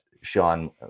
sean